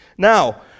Now